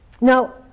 Now